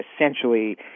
essentially